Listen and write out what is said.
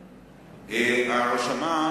ההרשמה,